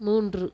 மூன்று